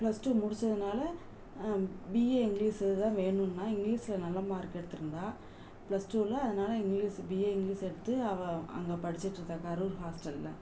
plus two முடிச்சதனால BA English தான் வேணும்னா இங்கிலீஷ்ல நல்ல மார்க் எடுத்திருந்தா ப்ளஸ் டூல அதனால் இங்கிலீஷு பிஏ இங்கிலீஷு எடுத்து அவள் அங்கே படிச்சிட்டு இருக்காள் கரூர் ஹாஸ்ட்டல்ல